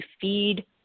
feed